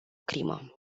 crimă